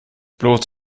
bloß